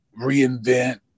reinvent